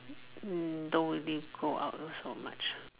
mm don't really go out so much